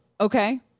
Okay